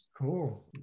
Cool